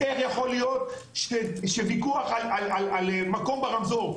איך יכול להיות שוויכוח על מקום ברמזור,